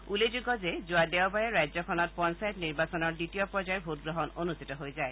উল্লেখযোগ্য যে দেওবাৰে ৰাজ্যখনত পঞ্চায়ত নিৰ্বাচনৰ দ্বিতীয় পৰ্যাযৰ ভোটগ্ৰহণ অনুষ্ঠিত হৈ যায়